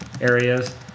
areas